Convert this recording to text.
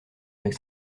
avec